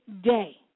day